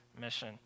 mission